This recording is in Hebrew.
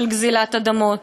של גזלת אדמות,